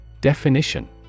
Definition